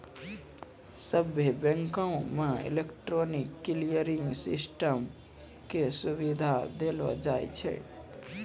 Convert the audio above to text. सभ्भे बैंको मे इलेक्ट्रॉनिक क्लियरिंग सिस्टम के सुविधा देलो जाय छै